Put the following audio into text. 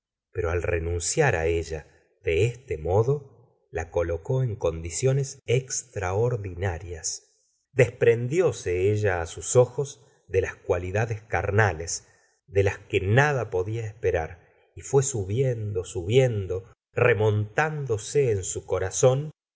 pero al renunciar ella de este modo la colocó en condiciones extraordinarias desprendióse ella á sus ojos de las cualidades carnales de las que nada pocha esfierar y fué subiendo subiendo remontándose en su corazón